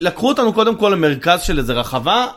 לקחו אותנו קודם כל למרכז של איזו רחבה